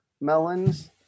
melons